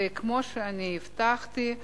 וכמו שהבטחתי,